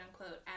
unquote